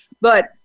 but-